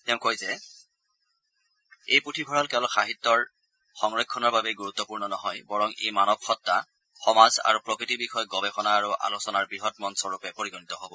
তেওঁ কয় যে এই পুথিভঁৰাল কেৱল সাহিত্যৰ সংৰক্ষণৰ বাবেই গুৰুত্বপূৰ্ণ নহয় বৰং ই মানৱ সত্বা সমাজ আৰু প্ৰকৃতি বিষয়ক গৱেষণা আৰু আলোচনাৰ বৃহৎ মঞ্চ ৰূপে পৰিগণিত হব